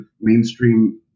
mainstream